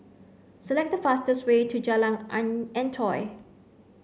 select the fastest way to Jalan Antoi